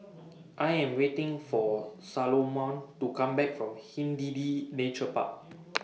I Am waiting For Salomon to Come Back from Hindhede Nature Park